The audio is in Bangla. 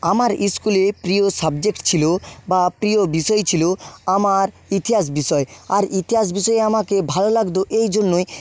আমার ইস্কুলে প্রিয় সাবজেক্ট ছিল বা প্রিয় বিষয় ছিল আমার ইতিহাস বিষয় আর ইতিহাস বিষয় আমাকে ভালো লাগতো এই জন্যই